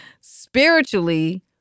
Spiritually